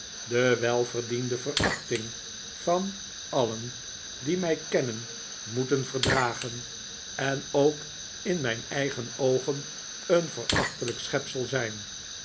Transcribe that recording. de welverdiende verachting van alien die mij kennen moeten verdragen nikolaas nickleby en ook in mijn eigen oogen een verachtelijk schepsel zijn